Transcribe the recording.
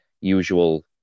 usual